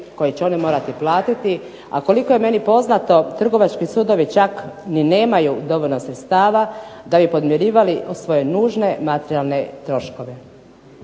koje će oni morati platiti. A koliko je meni poznato Trgovački sudovi čak ni nemaju dovoljno sredstava da bi podmirivali svoje nužne materijalne troškove.